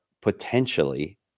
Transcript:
potentially